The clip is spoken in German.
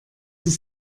ist